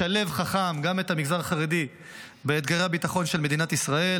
לשלב חכם גם את המגזר החרדי באתגרי הביטחון של מדינת ישראל.